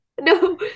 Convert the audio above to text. No